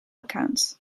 accounts